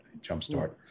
jumpstart